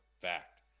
Fact